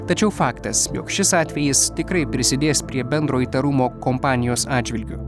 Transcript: tačiau faktas jog šis atvejis tikrai prisidės prie bendro įtarumo kompanijos atžvilgiu